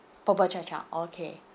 bubur cha cha okay